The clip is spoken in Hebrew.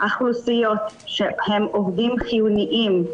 אוכלוסיות שהם עובדים חיוניים,